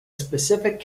specific